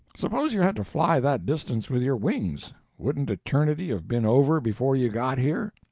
suppose you had to fly that distance with your wings wouldn't eternity have been over before you got here?